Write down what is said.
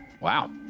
Wow